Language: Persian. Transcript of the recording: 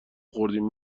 خوردیم